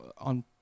on